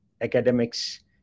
academics